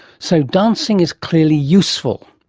so dancing is clearly useful,